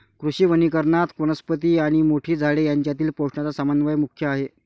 कृषी वनीकरणात, वनस्पती आणि मोठी झाडे यांच्यातील पोषणाचा समन्वय मुख्य आहे